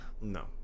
No